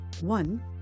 One